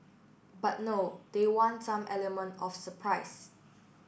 but no they want some element of surprise